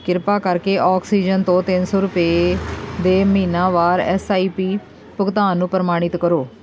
ਕਿਰਪਾ ਕਰਕੇ ਆਕਸੀਜਨ ਤੋਂ ਤਿੰਨ ਸੌ ਰੁਪਏ ਦੇ ਮਹੀਨਾਵਾਰ ਐੱਸ ਆਈ ਪੀ ਭੁਗਤਾਨ ਨੂੰ ਪ੍ਰਮਾਣਿਤ ਕਰੋ